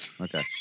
Okay